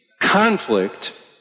conflict